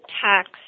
tax